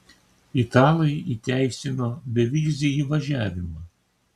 italai įteisino bevizį įvažiavimą